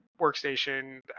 workstation